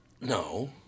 No